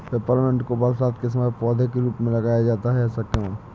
Peppermint को बरसात के समय पौधे के रूप में लगाया जाता है ऐसा क्यो?